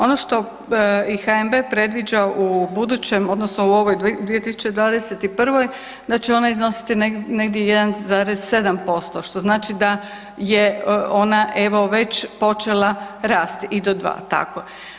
Ono što i HNB predviđa u budućem odnosno u ovoj 2021., da će ona iznositi negdje 1,7%, što znači da je ona evo već počela rast i do 2, tako.